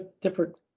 different